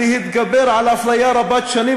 להתגבר על אפליה רבת שנים,